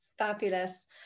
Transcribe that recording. fabulous